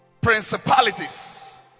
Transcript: Principalities